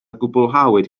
gwblhawyd